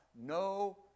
No